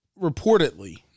reportedly